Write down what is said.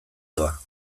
doa